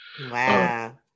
Wow